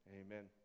amen